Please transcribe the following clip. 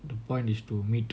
the point is to meet